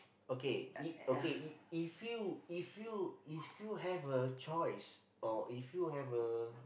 okay E okay E if you if you if you have a choice or if you have a